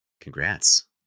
Congrats